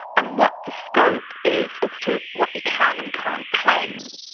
and what the scope is as to what you can and can't claim.